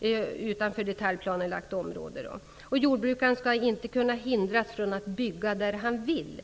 byggnader utanför detaljplanelagt område. Jordbrukaren skall inte kunna hindras från att bygga där han vill.